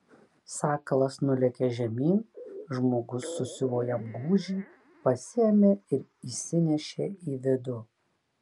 sakalas nulėkė žemyn žmogus susiuvo jam gūžį pasiėmė ir įsinešė į vidų